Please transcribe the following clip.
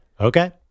Okay